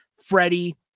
Freddie